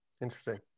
Interesting